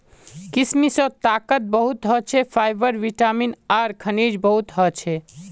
किशमिशत ताकत बहुत ह छे, फाइबर, विटामिन आर खनिज भी बहुत ह छे